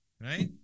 right